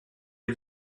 est